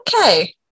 okay